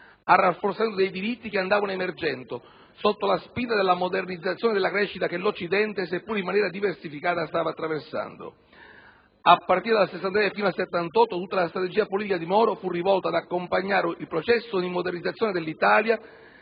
al rafforzamento dei diritti che andavamo emergendo sotto la spinta della modernizzazione e della crescita che l'Occidente, seppur in maniera diversificata, stava attraversando. A partire dal 1963 fino al 1978 tutta la strategia politica di Moro fu rivolta ad accompagnare il processo di modernizzazione dell'Italia